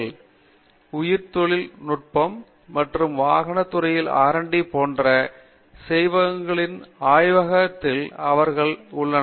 பேராசிரியர் ஸ்ரீகாந்த் வேதாந்தம் உயிரித் தொழில்நுட்ப நிறுவனங்கள் மற்றும் வாகன துறையின் RD போன்ற ஆய்வகங்களில் எங்கள் மாணவர்கள் உள்ளனர்